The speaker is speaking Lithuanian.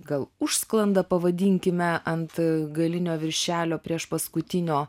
gal užsklanda pavadinkime ant galinio viršelio priešpaskutinio